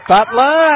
Butler